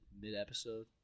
mid-episode